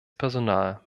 personal